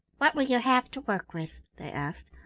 what will you have to work with? they asked.